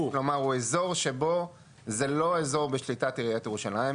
כלומר הוא אזור שבו זה לא אזור בשליטת עיריית ירושלים,